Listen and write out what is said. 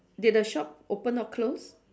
did the shop open or close